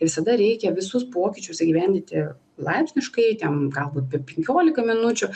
visada reikia visus pokyčius įgyvendinti laipsniškai ten galbūt per penkiolika minučių